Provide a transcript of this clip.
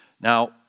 Now